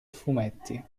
fumetti